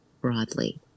broadly